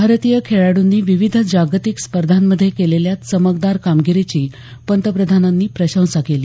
भारतीय खेळाडूंनी विविध जागतिक स्पर्धांमध्ये केलेल्या चमकदार कामगिरीची पंतप्रधानांनी प्रशंसा केली